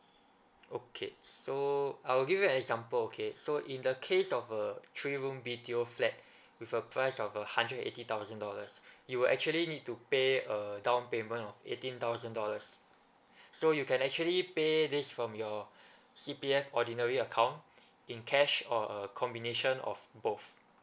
okay so I'll give you an example okay so in the case of a three room B_T_O flat with a price of a hundred and eighty thousand dollars you will actually need to pay a down payment of eighteen thousand dollars so you can actually pay this from your C_P_F ordinary account in cash or a combination of both